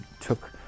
took